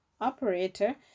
Operator